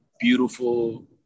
beautiful